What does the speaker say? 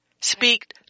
speak